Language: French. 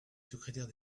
secrétaire